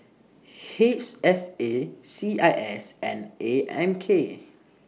H S A C I S and A M K